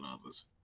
others